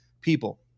people